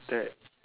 there